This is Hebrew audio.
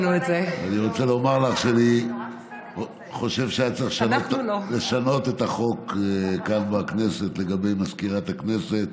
אני רוצה לומר לך שהיה צריך לשנות את החוק כאן בכנסת לגבי מזכירת הכנסת.